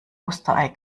osterei